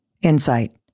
insight